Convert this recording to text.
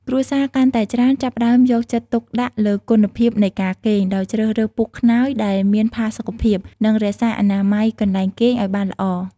គ្រួសារកាន់តែច្រើនចាប់ផ្តើមយកចិត្តទុកដាក់លើគុណភាពនៃការគេង ដោយជ្រើសរើសពូកខ្នើយដែលមានផាសុកភាព និងរក្សាអនាម័យកន្លែងគេងឱ្យបានល្អ។